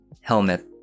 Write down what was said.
helmet